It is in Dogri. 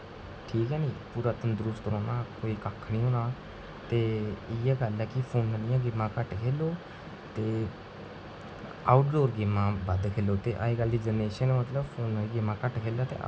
ठीक ऐ निं पूरा तंदरुसत रौह्ना कोई कक्ख नेईं होना ते इ'यै गल्ल उ'ऐ कि फोने आह्लियां गेमां घट्ट खेढो ते आउटडोर गेमां बद्ध खेढो ते अजकल दी जनरेशन मतलब फोने आह्ली गेमां घट्ट खेढे ते आउटडोर गेमां जेह्ड़ी बद्ध खेढे